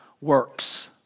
works